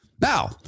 Now